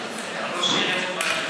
לראש עיר אין פריימריז.